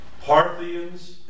Parthians